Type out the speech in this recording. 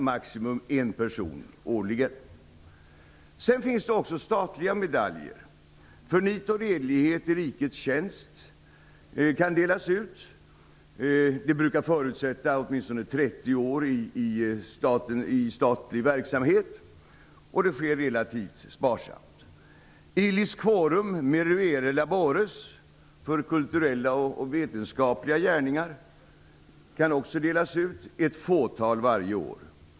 Prins Vidare finns det också statliga medaljer som delas ut för nit och redlighet i rikets tjänst. De brukar förutsätta åtminstone 30 år i statlig verksamhet. Utdelning sker relativt sparsamt. Illis quorum meruere labores för kulturella och vetenskapliga gärningar kan också delas ut, ett fåtal varje år.